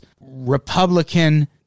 republican